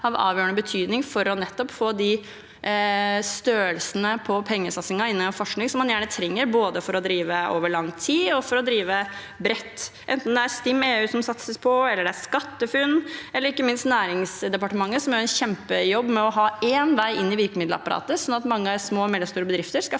av avgjørende betydning for nettopp å få de størrelsene på pengesatsingen innen forskning man gjerne trenger både for å drive over lang tid og for å drive bredt, enten det er STIM-EU som satses på, SkatteFUNN eller ikke minst Næringsdepartementet. De gjør en kjempejobb med å ha én vei inn i virkemiddelapparatet, sånn at mange små og mellomstore bedrifter skal få